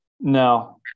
no